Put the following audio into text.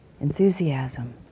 enthusiasm